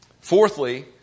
Fourthly